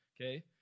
okay